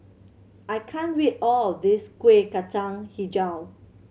I can't read all of this Kueh Kacang Hijau